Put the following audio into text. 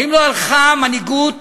האם לא הלכה המנהיגות